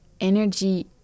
energy